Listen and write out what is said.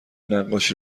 نقاشی